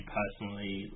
personally